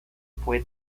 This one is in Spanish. fue